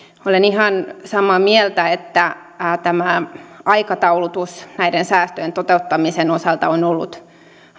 olen ihan samaa mieltä että tämä aikataulutus näiden säästöjen toteuttamisen osalta on ollut